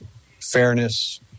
fairness